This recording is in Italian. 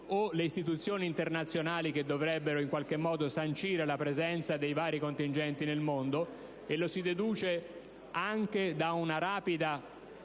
o le istituzioni internazionali che dovrebbero sancire la presenza dei vari contingenti nel mondo: lo si deduce anche da una rapida